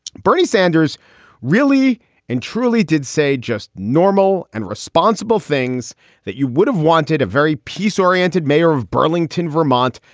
bernie sanders really and truly did say just normal and responsible things that you would have wanted a very peace oriented mayor of burlington, vermont,